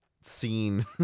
scene